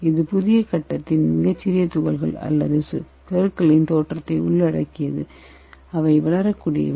இது புதிய கட்டத்தின் மிகச் சிறிய துகள்கள் அல்லது கருக்களின் தோற்றத்தை உள்ளடக்கியது அவை வளரக்கூடியவை